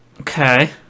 Okay